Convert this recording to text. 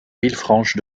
villefranche